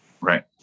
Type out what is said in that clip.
Right